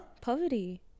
poverty